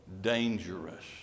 dangerous